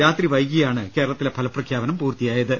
രാത്രി വൈകിയാണ് കേര ളത്തിലെ ഫലപ്രഖ്യാപനം പൂർത്തിയായത്